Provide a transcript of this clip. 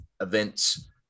events